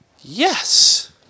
Yes